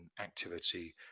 activity